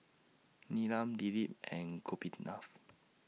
Neelam Dilip and Gopinath